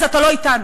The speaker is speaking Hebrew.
אז אתה לא אתנו,